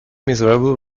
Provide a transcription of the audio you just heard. miserable